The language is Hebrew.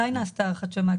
מתי נעשתה הערכת שמאי?